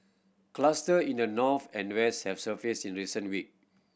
cluster in the north and west have surfaced in recent week